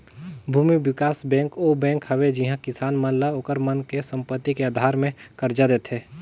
भूमि बिकास बेंक ओ बेंक हवे जिहां किसान मन ल ओखर मन के संपति के आधार मे करजा देथे